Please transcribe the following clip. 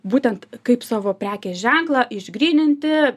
būtent kaip savo prekės ženklą išgryninti